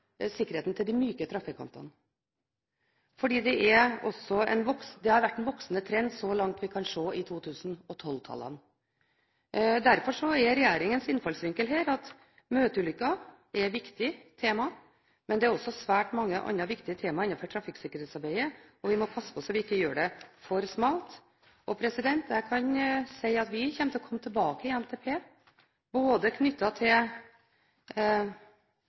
sikkerheten for de myke trafikantene, for det har vært en voksende ulykkestrend blant dem så langt vi kan se i 2012-tallene. Derfor er regjeringens innfallsvinkel her at møteulykker er et viktig tema, men det er også svært mange andre viktige tema innenfor trafikksikkerhetsarbeidet, og vi må passe så vi ikke gjør det for smalt. Vi kommer til å komme tilbake til dette ene temaet, og også til de andre temaene, i NTP.